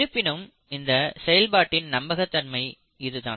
இருப்பினும் இந்த செயல்பாட்டின் நம்பகத்தன்மை இதுதான்